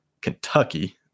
Kentucky